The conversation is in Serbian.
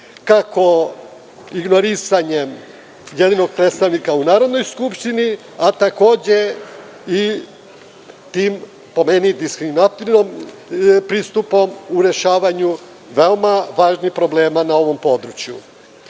kako ignorisanjem jedinog predstavnika u Narodnoj skupštini, a takođe i tim, po meni, diskriminatornim pristupom u rešavanju veoma važnih problema na ovom području. Današnji